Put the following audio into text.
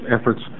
efforts